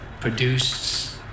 produced